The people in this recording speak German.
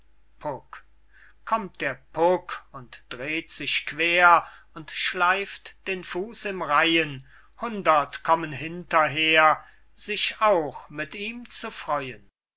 kommt der puck und dreht sich queer und schleift den fuß im reihen hundert kommen hinterher sich auch mit ihm zu freuen